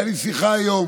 הייתה לי שיחה היום